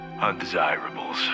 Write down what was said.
undesirables